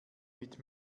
mit